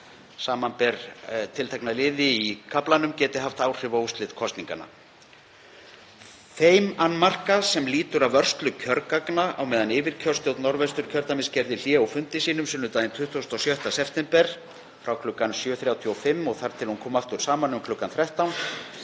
samanber tiltekna liði í kaflanum, geti haft áhrif á úrslit kosninganna. Þeim annmarka sem lýtur að vörslu kjörgagna á meðan yfirkjörstjórn Norðvesturkjördæmis gerði hlé á fundi sínum sunnudaginn 26. september kl. 7.35 og þar til hún kom aftur saman um kl. 13.00